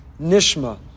Nishma